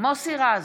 מוסי רז,